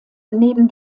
neben